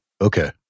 Okay